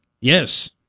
Yes